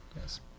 Yes